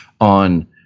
on